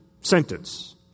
sentence